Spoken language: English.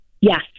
Yes